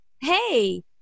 hey